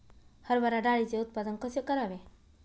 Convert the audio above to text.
हरभरा डाळीचे उत्पादन कसे करावे?